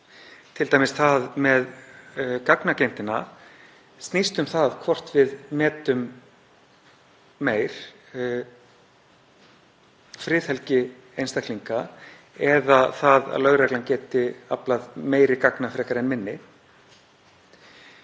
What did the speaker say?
Til dæmis þetta með gagnageymdina sem snýst um það hvort við metum meir friðhelgi einstaklinga eða það að lögreglan geti aflað meiri gagna frekar en minni.